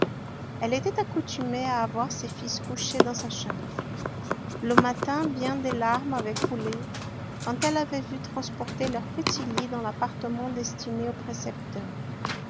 elle était accoutumée à avoir ses fils couchés dans sa chambre le matin bien des larmes avaient coulé quand elle avait vu transporter leurs petits lits dans l'appartement destiné au précepteur